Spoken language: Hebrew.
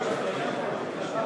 אנחנו תכף